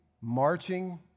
marching